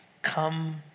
Come